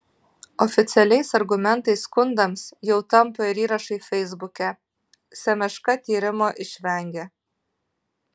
oficialiais argumentais skundams jau tampa ir įrašai feisbuke semeška tyrimo išvengė